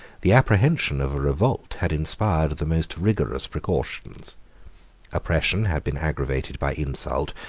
the apprehension of a revolt had inspired the most rigorous precautions oppression had been aggravated by insult,